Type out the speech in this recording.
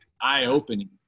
eye-opening